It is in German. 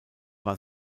war